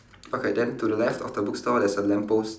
okay then to the left of the bookstore there's a lamppost